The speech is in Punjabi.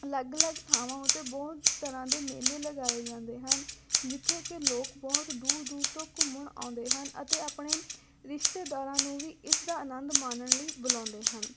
ਅਲੱਗ ਅਲੱਗ ਥਾਵਾਂ ਉੱਤੇ ਬਹੁਤ ਤਰ੍ਹਾਂ ਦੇ ਮੇਲੇ ਲਗਾਏ ਜਾਂਦੇ ਹਨ ਜਿੱਥੇ ਕਿ ਲੋਕ ਬਹੁਤ ਦੂਰ ਦੂਰ ਤੋਂ ਘੁੰਮਣ ਆਉਂਦੇ ਹਨ ਅਤੇ ਆਪਣੇ ਰਿਸ਼ਤੇਦਾਰਾਂ ਨੂੰ ਵੀ ਇਸ ਦਾ ਆਨੰਦ ਮਾਣਨ ਲਈ ਬੁਲਾਉਂਦੇ ਹਨ